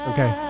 Okay